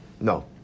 No